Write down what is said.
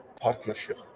partnership